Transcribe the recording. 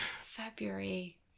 February